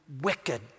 wicked